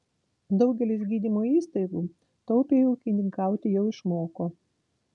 daugelis gydymo įstaigų taupiai ūkininkauti jau išmoko